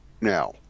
now